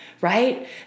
right